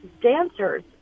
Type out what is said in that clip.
dancers